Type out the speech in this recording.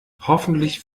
hoffentlich